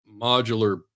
modular